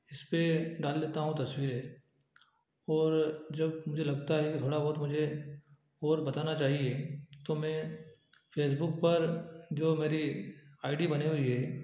इस पर डाल देता हूँ तस्वीरें और जब मुझे लगता है कि थोड़ा बहुत मुझे और बताना चाहिए तो मैं फेसबुक पर जो मेरी आई डी बनी हुई है